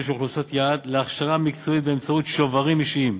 של אוכלוסיות יעד להכשרה מקצועית באמצעות שוברים אישיים.